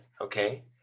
Okay